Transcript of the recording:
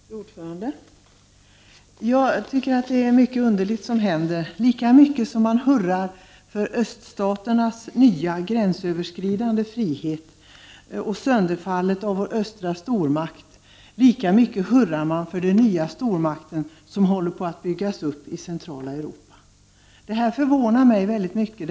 Fru talman! Jag tycker att det är mycket underliga saker som händer. Lika mycket som man hurrar för den nya friheten i öststaterna med gränsöverskridanden och för sönderfallet av vår östra stormakt, lika mycket hurrar man för den nya stormakt som håller på att byggas upp i Centraleuropa. Det förvånar mig mycket.